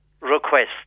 request